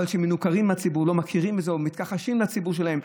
אבל הם מנוכרים לציבור ומתכחשים לציבור שלהם.